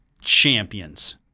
Champions